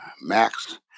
Max